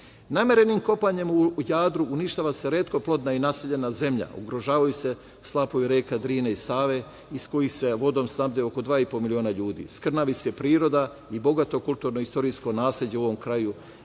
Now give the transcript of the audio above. interesi. Namerenim kopanjem u Jadru uništava se retko plodna i naseljena zemlja, ugrožavaju slapovi reka Drine i Save iz kojih se vodom snabdeva oko dva i po miliona ljudi, skrnavi se priroda i bogato kulturno istorijsko nasleđe u ovom kraju